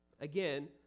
Again